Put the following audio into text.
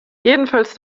jedenfalls